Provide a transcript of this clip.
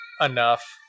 enough